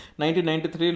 1993